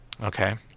Okay